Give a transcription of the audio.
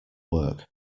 work